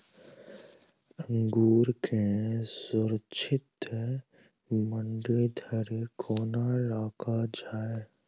अंगूर केँ सुरक्षित मंडी धरि कोना लकऽ जाय?